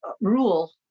rule